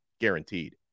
guaranteed